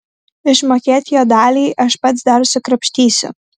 išmokėt jo daliai aš pats dar sukrapštysiu